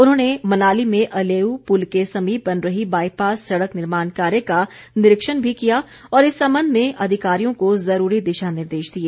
उन्होंने मनाली में अलेऊ पुल के समीप बन रही बाईपास सड़क निर्माण कार्य का निरिक्षण भी किया और इस संबंध मे अधिकारियों को जरूरी दिशा निर्देश दिए